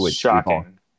Shocking